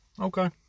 Okay